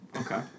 Okay